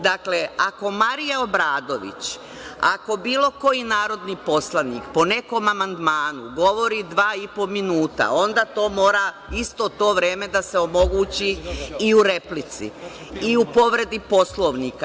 Dakle, ako Marija Obradović, ako bilo koji narodni poslanik po nekom amandmanu govori dva i po minuta, onda to mora isto to vreme da se omogući i u replici, i u povredi Poslovnika.